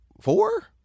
four